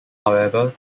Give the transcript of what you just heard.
however